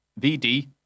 VD